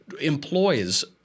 employs